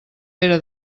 pere